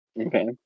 Okay